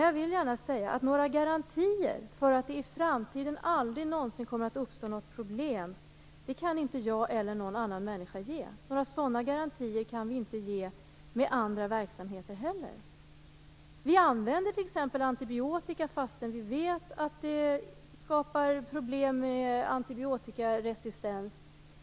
Jag vill gärna säga att några garantier för att det i framtiden aldrig någonsin kommer att uppstå något problem kan inte jag eller någon annan människa ge. Några sådana garantier kan vi inte ge med andra verksamheter heller. Vi använder t.ex. antibiotika trots att vi vet att det skapar problem med resistens mot antibiotika.